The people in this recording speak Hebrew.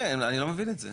כן, אני לא מבין את זה.